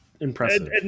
impressive